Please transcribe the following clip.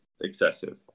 excessive